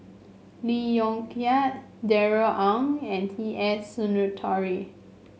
Lee Yong Kiat Darrell Ang and T S Sinnathuray